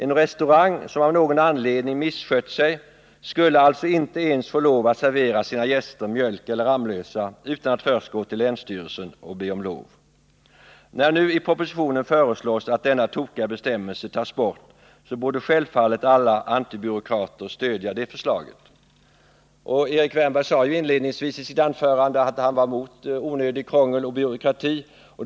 En restaurang som av någon anledning misskött sig skulle alltså inte ens få lov att servera sina gäster mjölk eller Ramlösa utan att först gå till länsstyrelsen och be om lov! När nu i propositionen föreslås att denna tokiga bestämmelse tas bort borde självfallet alla antibyråkrater stödja det förslaget. Erik Wärnberg sade ju inledningsvis i sitt anförande att han var emot onödigt krångel och onödig byråkrati.